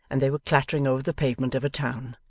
and they were clattering over the pavement of a town.